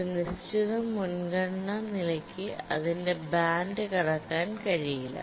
ഒരു നിശ്ചിത മുൻഗണന നിലയ്ക്ക് അതിന്റെ ബാൻഡ് കടക്കാൻ കഴിയില്ല